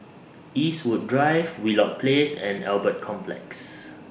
Eastwood Drive Wheelock Place and Albert Complex